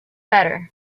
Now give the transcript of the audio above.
better